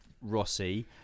Rossi